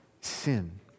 sin